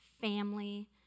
Family